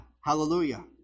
Hallelujah